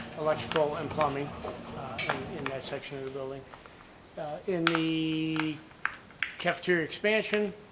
electrical and plumbing and in that section of the building in the cafeteria expansion,